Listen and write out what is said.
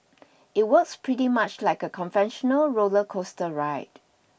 it works pretty much like a conventional roller coaster ride